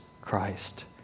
Christ